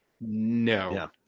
No